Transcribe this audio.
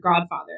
godfather